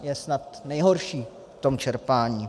Ten je snad nejhorší v tom čerpání.